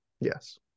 Yes